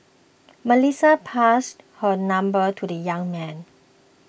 Melissa passed her number to the young man